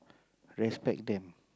respect them